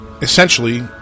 essentially